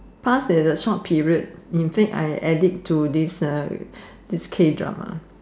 pass as a short period in fact I addict to this uh K drama